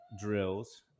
drills